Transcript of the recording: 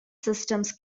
systems